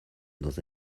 dans